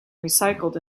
recycled